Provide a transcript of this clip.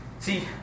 See